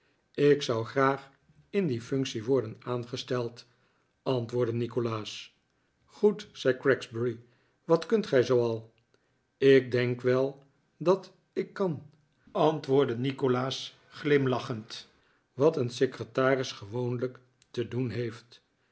ik zou graag in die functie worden aangesteld antwoordde nikolaas goed zei gregsbury wat kunt gij zoo al rr ik denk wel dat ik kan antwoordde nikolaas glimlachend wat een secretaris gewoonlijk te doen heeft